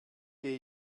gehe